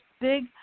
big